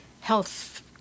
health